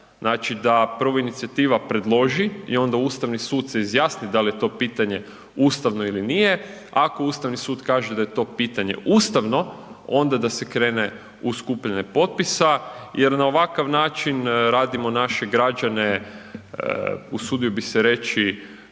znači da prvo inicijativa predloži i onda Ustavni sud se izjasni da li je to pitanje ustavno ili nije, ako Ustavni sud kaže da je to pitanje ustavno, onda da se krene u skupljanje potpisa jer na ovakav način radimo naše građane usudio bi se reći,